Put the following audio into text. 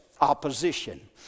opposition